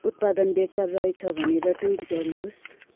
उत्पादन बेकार रहेछ भनेर ट्विट गर्नुहोस्